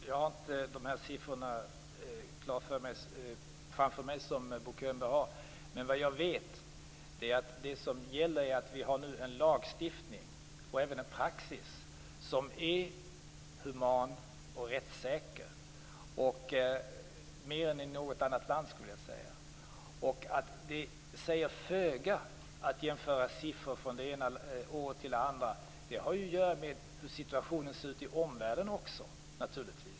Fru talman! Jag har inte siffrorna framför mig, som Bo Könberg har. Jag vet att det som gäller är att vi nu har en lagstiftning och en praxis som är human och rättssäker, mer än i något annat land. Det säger föga att jämföra siffror från det ena året till det andra. Det har ju att göra med hur situationen ser ut i omvärlden.